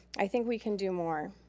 i think we can do more.